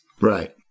Right